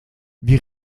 wie